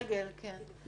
-- היא